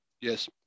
yes